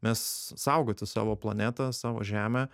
mes saugoti savo planetą savo žemę